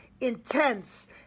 intense